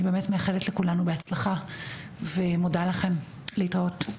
אני באמת מאחלת לכולנו בהצלחה ומודה לכם, להתראות.